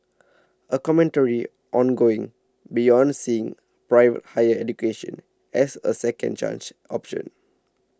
a commentary on going beyond seeing private higher education as a second chance option